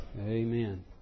Amen